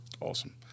Awesome